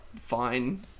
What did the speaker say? fine